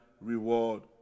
reward